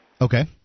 Okay